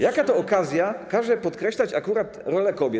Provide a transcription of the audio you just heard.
Jaka to okazja każe podkreślać akurat rolę kobiet?